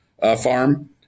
Farm